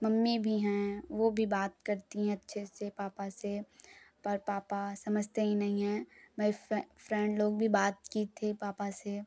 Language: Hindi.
मम्मी भी हैं वो भी बात करती हैं अच्छे से पापा से पर पाप समझते ही नहीं हैं माय फ्रेन फ्रेंड लोग भी बात की थीं पापा से